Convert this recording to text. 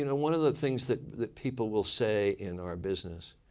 you know one of the things that that people will say in our business,